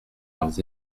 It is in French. leurs